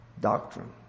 doctrine